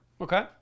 Okay